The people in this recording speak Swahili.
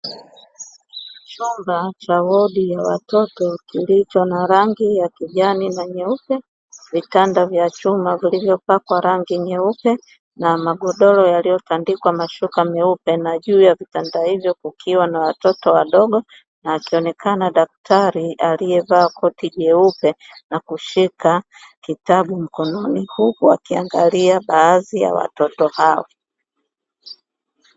Chumba Cha wodi ya watoto kilicho na rangi ya kijani na nyeupe, vitanda vya chuma vilivyopakwa rangi nyeupe na magodoro yaliyotandikwa mashuka meupe, na juu ya vitaanda hivyo kukiwa na watoto wadogo na akionekana daktari aliyevaa koti jeupe na kushika kitabu mkononi huku akiangalia baadhi ya watoto hao.